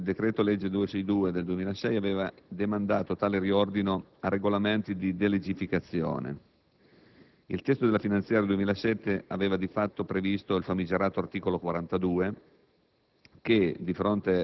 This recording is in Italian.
Il decreto-legge n. 262 del 2006 aveva demandato tale riordino a regolamenti di delegificazione. Iltesto della finanziaria 2007 aveva di fatto previsto il famigerato articolo 42